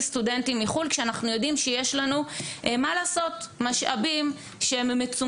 סטודנטים מחו"ל כשאנחנו יודעים שיש לנו משאבים מצומצמים